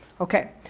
Okay